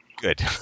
good